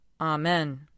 Amen